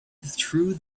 through